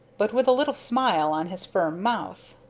but with a little smile on his firm mouth.